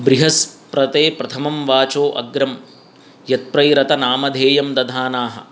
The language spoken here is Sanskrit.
बृहस्पते प्रथमं वाचो अग्रं यत्प्रैरतनामधेयं दधानाः